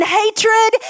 hatred